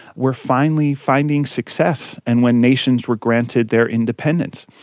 were finally finding success, and when nations were granted their independence.